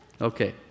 Okay